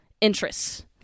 interests